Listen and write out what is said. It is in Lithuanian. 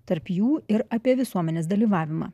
tarp jų ir apie visuomenės dalyvavimą